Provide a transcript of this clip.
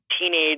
teenage